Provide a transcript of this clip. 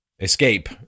Escape